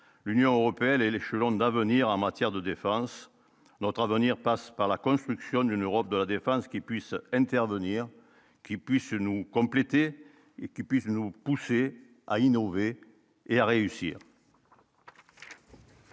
l'Union européenne et l'échelon d'avenir en matière de défense notre avenir passe par la construction d'une Europe de la défense qui puisse intervenir, qu'il puisse nous compléter et puis nous pousser à innover et à réussir.